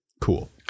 cool